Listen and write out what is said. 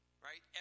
right